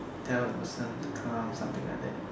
tell the person to come something like that